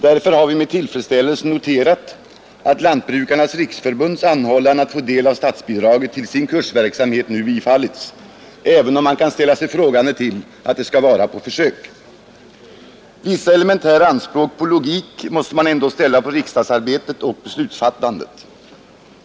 Därför har vi med tillfredsställelse noterat att Lantbrukarnas riksförbunds anhållan att få del av statsbidrag till sin kursverksamhet nu tillstyrks, även om man kan ställa sig frågande till att det skall vara ”på försök”. Vissa elementära anspråk på logik måste man ändå ställa på riksdagsarbetet och beslutsfattandet.